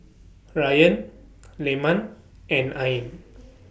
Ryan Leman and Ain